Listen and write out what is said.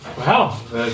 wow